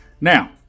now